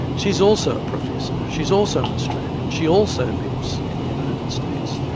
she's also a professor, she's also an australian, she also lives in the united states,